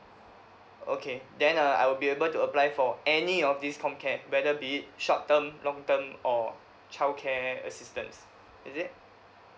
okay then uh I'll be able to apply for any of these comcare whether be it short term long term or childcare assistance is it